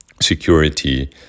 security